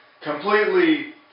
completely